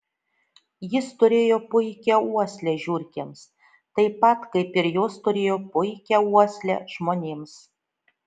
jis turėjo puikią uoslę žiurkėms taip pat kaip ir jos turėjo puikią uoslę žmonėms